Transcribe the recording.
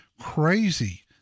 crazy